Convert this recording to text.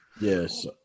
Yes